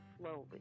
slowly